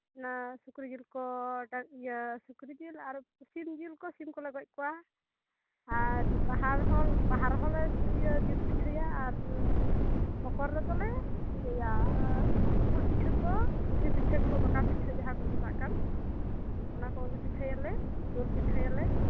ᱚᱱᱟ ᱥᱩᱠᱨᱤ ᱡᱤᱞ ᱠᱚ ᱥᱩᱠᱨᱤ ᱡᱤᱞ ᱟᱨ ᱥᱤᱢ ᱡᱤᱞ ᱠᱚ ᱥᱤᱢ ᱠᱚᱞᱮ ᱜᱚᱡ ᱠᱚᱣᱟ ᱟᱨ ᱵᱟᱦᱟ ᱨᱮᱦᱚᱸ ᱵᱟᱦᱟ ᱨᱮᱦᱚᱸᱞᱮ ᱤᱭᱟᱹ ᱡᱤᱞ ᱯᱤᱴᱷᱟᱹᱭᱟ ᱟᱨ ᱢᱚᱠᱚᱨ ᱨᱮᱫᱚᱞᱮ ᱤᱭᱟᱹᱭᱟ ᱜᱩᱲ ᱯᱤᱴᱷᱟᱹ ᱠᱚ ᱩᱸᱫᱷᱤ ᱯᱤᱴᱷᱟᱹ ᱠᱚ ᱵᱚᱠᱟ ᱯᱤᱴᱷᱟᱹ ᱡᱟᱦᱟᱸ ᱠᱚ ᱢᱮᱛᱟᱜ ᱠᱟᱱ ᱚᱱᱟ ᱠᱚᱜᱮ ᱯᱤᱴᱷᱟᱹᱭᱟᱞᱮ ᱫᱩᱞ ᱯᱤᱴᱷᱟᱹᱭᱟᱞᱮ